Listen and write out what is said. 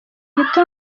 gito